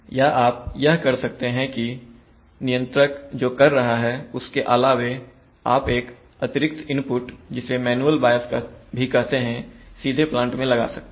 या आप यह कर सकते हैं कि नियंत्रक जो कर रहा है उसके अलावे आप एक अतिरिक्त इनपुट जिसे मैनुअल बायस भी कहते हैं सीधे प्लांट में लगा सकते हैं